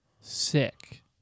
Sick